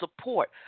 support